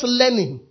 learning